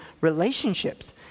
relationships